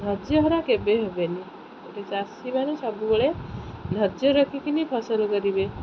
ଧୈର୍ଯ୍ୟହରା କେବେ ହେବେନି ଗୋଟେ ଚାଷୀମାନେ ସବୁବେଳେ ଧୈର୍ଯ୍ୟ ରଖିକିନି ଫସଲ କରିବେ